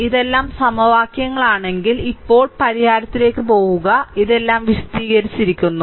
ഇതെല്ലാം സമവാക്യങ്ങളാണെങ്കിൽ ഇപ്പോൾ പരിഹാരത്തിലേക്ക് പോകുക ഇതെല്ലാം വിശദീകരിച്ചിരിക്കുന്നു